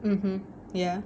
mmhmm ya